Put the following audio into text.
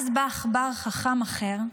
ואז בא עכבר חכם אחר,